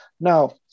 Now